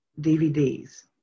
DVDs